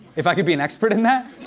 if i could be an expert in that?